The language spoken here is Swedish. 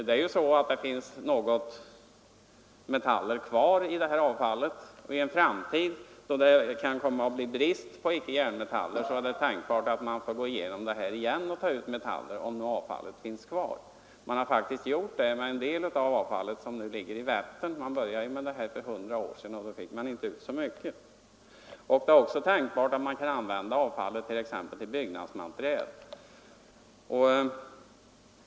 Det finns en viss mängd metaller kvar i det här avfallet, och det är tänkbart att man i en framtid, då det kan komma att bli brist på icke-järnmetaller, får gå igenom avfallet igen — om det finns kvar — och ta ut metaller. Man har faktiskt gjort det med en del av det avfall som nu ligger i Vättern. Den här hanteringen påbörjades för hundra år sedan, och då fick man inte ut så mycket som man får ut i dag. Det är också tänkbart att avfallet kan användas exempelvis till byggnadsmaterial.